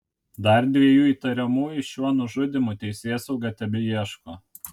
dar dviejų įtariamųjų šiuo nužudymu teisėsauga tebeieško